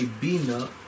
Bina